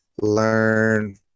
learn